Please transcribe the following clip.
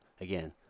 again